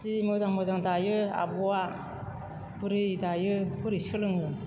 जि मोजां मोजां दायो आब'आ बोरै दायो बोरै सोलोङो